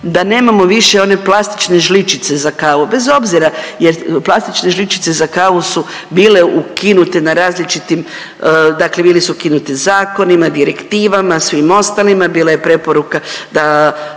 da nemamo više one plastične žličice za kavu bez obzira jer plastične žličice za kavu su bile ukinute na različitim, dakle bili su ukinuti zakonima, direktivama, svim ostalima, bila je preporuka da